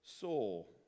soul